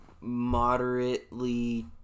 moderately